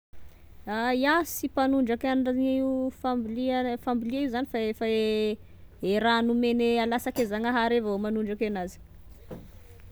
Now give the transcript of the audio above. A iaho sy mpanondraka an'io fambolia fambolia io zany fa efa e, e raha nomeny alasaky Zagnahary avao manondrake anazy.